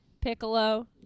Piccolo